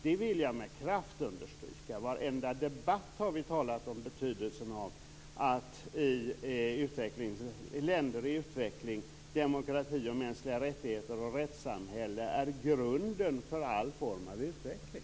Varenda debatt har vi talat om betydelsen av att i länder i utveckling är demokrati, mänskliga rättigheter och rättssamhälle grunden för all form av utveckling.